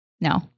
No